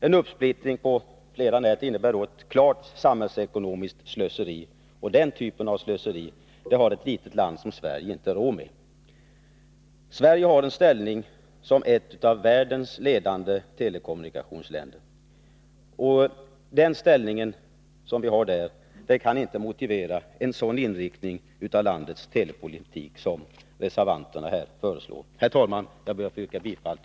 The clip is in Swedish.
En uppsplittring på flera nät innebär ett klart samhällsekonomiskt slöseri, och den typen av slöseri har ett litet land som Sverige inte råd med. Sverige har en ställning som ett av världens ledande telekommunikationsländer. Den ställningen kan inte motivera en sådan Nr 101